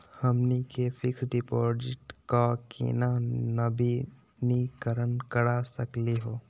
हमनी के fix deposit क केना नवीनीकरण करा सकली हो?